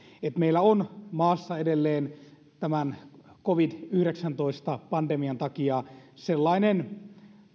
että meillä on maassa edelleen tämän covid yhdeksäntoista pandemian takia sellainen